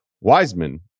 Wiseman